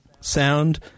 sound